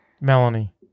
Melanie